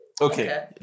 Okay